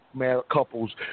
couples